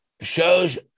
Shows